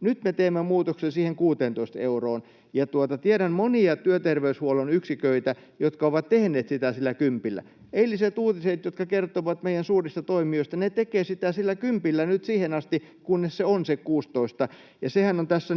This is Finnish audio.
Nyt me teemme muutoksen siihen 16 euroon, ja tiedän monia työter-veyshuollon yksiköitä, jotka ovat tehneet sitä sillä kympillä. Eiliset uutiset kertoivat meidän suurista toimijoista, että ne tekevät sitä sillä kympillä nyt siihen asti, kunnes se on se 16. Tämä laskelmahan on tässä